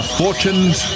fortunes